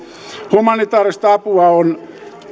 humanitaarista apua on